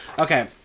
Okay